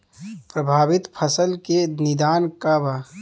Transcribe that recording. प्रभावित फसल के निदान का बा?